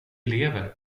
lever